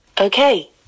Okay